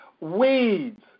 weeds